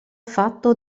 fatto